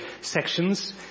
sections